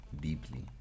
deeply